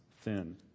thin